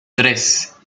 tres